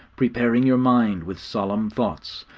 preparing your mind with solemn thoughts.